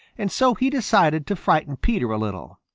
and so he decided to frighten peter a little.